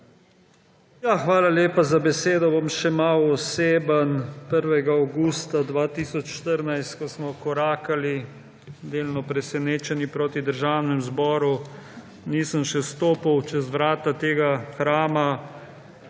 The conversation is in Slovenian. Hvala lepa za besedo. Bom še malo oseben. 1. avgusta 2014, ko smo korakali delno presenečeni proti Državnemu zboru, nisem še stopil čez vrata tega hrama,